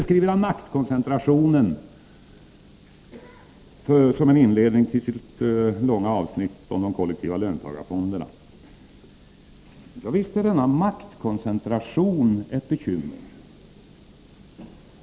Som en inledning till sitt långa avsnitt om de kollektiva löntagarfonderna beskriver Olof Palme maktkoncentrationen. Ja, visst är denna maktkoncentration ett bekymmer.